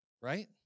right